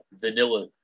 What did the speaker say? vanilla